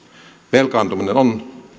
velkaantuminen on